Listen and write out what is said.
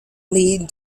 lead